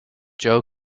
joe